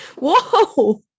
Whoa